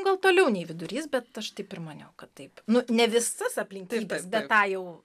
gal toliau nei vidurys bet aš taip ir maniau kad taip nu ne visas aplinkybes bet tą jau